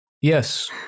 Yes